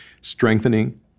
strengthening